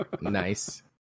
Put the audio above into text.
Nice